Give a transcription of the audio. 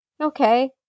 Okay